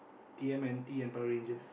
T_M_N_T and Power-Rangers